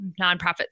nonprofits